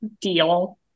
deal